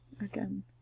again